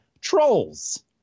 Trolls